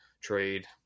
trade